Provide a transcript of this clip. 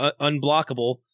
unblockable